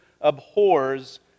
abhors